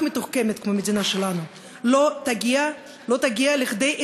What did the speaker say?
מתוחכמת כמו המדינה שלנו לא תגיע להסדר,